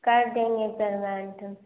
कर देंगे पेमेन्ट